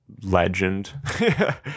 legend